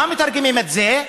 איך מתרגמים את זה?